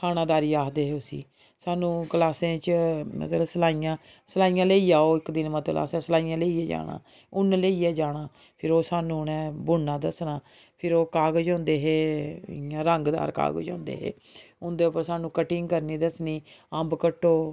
खानादारी आखदे हे उसी साह्नू क्लासें च मतलब सलाइयां सलाइयां लेई आओ इक दिन मतलब असें सलाइयां लेइयै जाना उन्न लेइयै जाना फ्ही ओह् साह्नू उ'नें बुनना दस्सना फ्ही ओह् कागज होंदे हे इ'या़ं रंगदार कागज होंदे हे उं'दे उप्पर साह्नू कटिंग करनी दस्सनी अंब कट्टो